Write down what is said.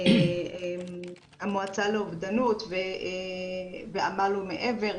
המועצה לאובדנות ו"עמל מעל ומעבר".